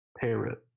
parrot